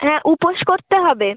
হ্যাঁ উপোস করতে হবে